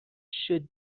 should